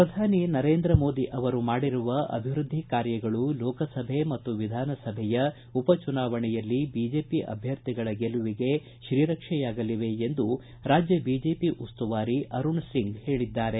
ಪ್ರಧಾನಿ ನರೇಂದ್ರ ಮೋದಿ ಅವರು ಮಾಡಿರುವ ಅಭಿವೃದ್ದಿ ಕಾರ್ಯಗಳು ಲೋಕಸಭೆ ಮತ್ತು ವಿಧಾನಸಭೆಯ ಉಪಚುನಾವಣೆಯಲ್ಲಿ ಬಿಜೆಪಿ ಅಭ್ಯರ್ಥಿಗಳ ಗೆಲುವಿಗೆ ಶ್ರೀರಕ್ಷೆಯಾಗಲಿವೆ ಎಂದು ರಾಜ್ಯ ಬಿಜೆಪಿ ಉಸ್ತುವಾರಿ ಅರುಣ್ ಸಿಂಗ್ ಹೇಳಿದ್ದಾರೆ